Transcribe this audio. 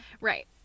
Right